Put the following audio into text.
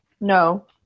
No